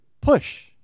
push